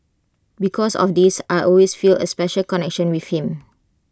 because of this I always feel A special connection with him